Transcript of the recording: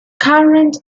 current